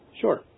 Sure